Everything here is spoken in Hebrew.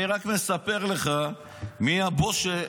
אני רק מספר לך מי הבוס,